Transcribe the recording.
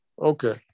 okay